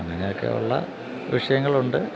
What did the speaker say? അങ്ങനെയൊക്കെയുള്ള വിഷയങ്ങളുണ്ട്